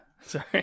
Sorry